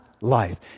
life